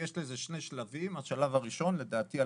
יש לזה שני שלבים, לדעתי השלב הראשון הוא ב-2023,